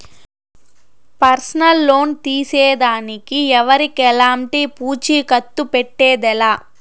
personal loan తీసేదానికి ఎవరికెలంటి పూచీకత్తు పెట్టేదె లా